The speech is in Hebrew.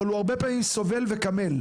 אבל הוא הרבה פעמים סובל וקמל.